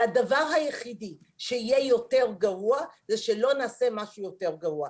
והדבר היחידי שיהיה יותר גרוע זה שלא נעשה משהו יותר גרוע.